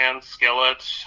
Skillet